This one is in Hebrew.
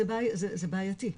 זה בעייתי,